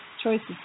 choices